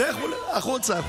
החוצה.